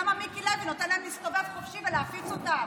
למה מיקי לוי נותן להם להסתובב חופשי ולהפיץ אותם?